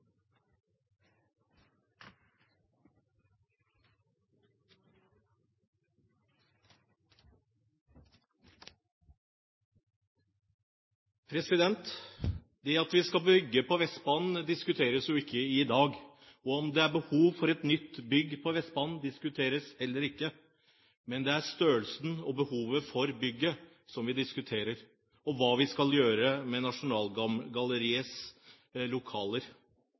Det at vi skal bygge på Vestbanen, diskuteres jo ikke i dag, og om det er behov for et nytt bygg på Vestbanen, diskuteres heller ikke. Det er størrelsen og behovet for bygget vi diskuterer, og hva vi skal gjøre med Nasjonalgalleriets lokaler.